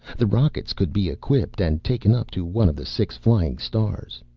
the rockets could be equipped and taken up to one of the six flying stars.